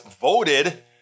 voted